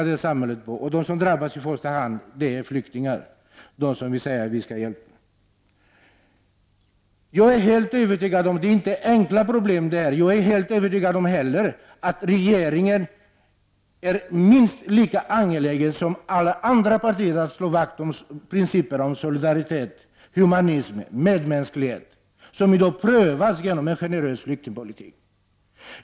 De som drabbas i första hand är flyktingar — de som vi säger att vi skall hjälpa. Det är inte fråga om några enkla problem. Jag är helt övertygad om att regeringen och regeringspartiet är minst lika angelägna som alla andra partier om att slå vakt om principerna om solidaritet, humanitet och medmänsk lighet som i dag prövas genom en generös flyktingpolitik.